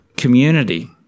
community